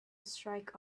strike